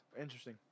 Interesting